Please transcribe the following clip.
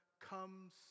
comes